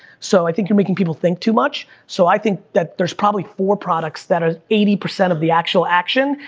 so, i think you're making people think too much, so i think that there's probably four products that are eighty percent of the actual action,